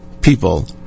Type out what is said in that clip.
people